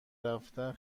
رفتن